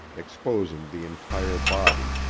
exposing the entire body,